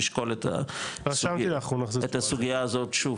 לשקול את הסוגייה הזאת שוב,